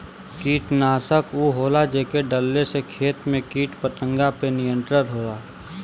कीटनाशक उ होला जेके डलले से खेत में कीट पतंगा पे नियंत्रण होला